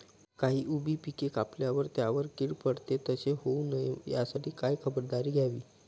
काही उभी पिके कापल्यावर त्यावर कीड पडते, तसे होऊ नये यासाठी काय खबरदारी घ्यावी?